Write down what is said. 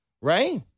right